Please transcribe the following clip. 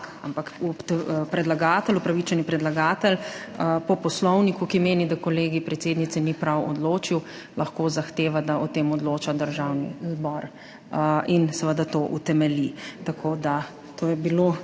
upravičeni predlagatelj po Poslovniku, ki meni, da Kolegij predsednice ni prav odločil, lahko zahteva, da o tem odloča Državni zbor, in seveda to utemelji. Po mojem mnenju je bilo